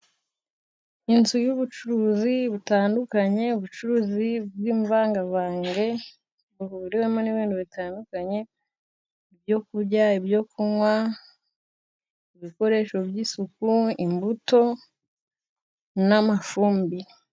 Inzu y'ubucuruzi butandukanye, ubucuruzi bw'imvangavange, buhuriwemo n'ibintu bitandukanye, ibyo kurya, ibyo kunywa, ibikoresho by'isuku, imbuto n'amafumbire.